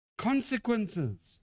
consequences